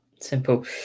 Simple